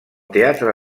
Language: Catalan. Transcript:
teatre